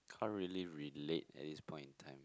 can't really relate at this point in time